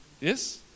Yes